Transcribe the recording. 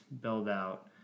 build-out